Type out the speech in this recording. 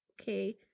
Okay